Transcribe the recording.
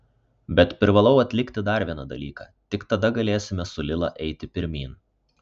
bet privalau atlikti dar vieną dalyką tik tada galėsime su lila eiti pirmyn